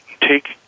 take